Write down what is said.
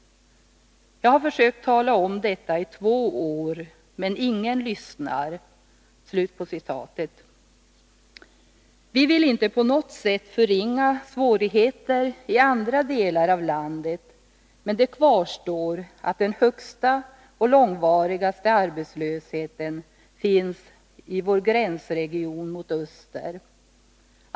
Jag har försökt tala om detta i två år, men ingen lyssnar.” Vi vill inte på något sätt förringa svårigheter i andra delar av landet, men det kvarstår att den största och långvarigaste arbetslösheten finns i vår gränsregion mot öster.